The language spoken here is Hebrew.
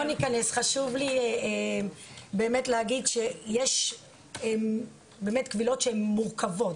חשוב לי להגיד שיש קבילות שהן מורכבות,